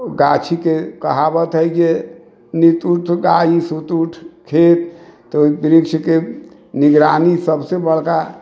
गाछीके कहावत है जे नित उठ गाछी सुइत उठ खेत तऽ वृक्षके निगरानी सबसँ बड़का